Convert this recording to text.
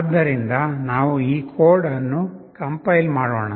ಆದ್ದರಿಂದ ನಾವು ಈ ಕೋಡ್ ಅನ್ನು ಕಂಪೈಲ್ ಮಾಡೋಣ